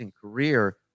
career